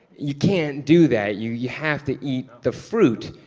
you can't do that, you you have to eat the fruit.